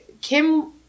Kim